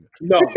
No